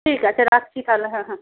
ঠিক আছে রাখছি তাহলে হ্যাঁ হ্যাঁ